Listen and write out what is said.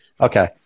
Okay